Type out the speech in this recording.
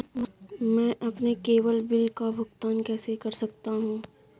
मैं अपने केवल बिल का भुगतान कैसे कर सकता हूँ?